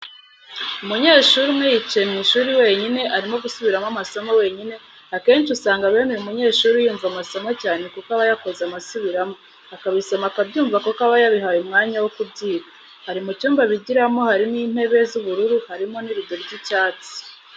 Umunyeshuri umwe yicaye mwishuri wenyine arimo gusubiramo amasomo wenyine akenshi usanga bene uyu munyeshuri yumva amasomo cyane kuko abayakoze amasubiramo akabisoma akabyumva kuko aba yabihaye umwanya wokubyiga. Ari mucyumba bigiramo hariko intebe z'ubururu harimo n'irido ry'icyatsi.